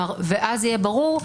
אז יהיה ברור.